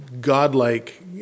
godlike